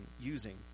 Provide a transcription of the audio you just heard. using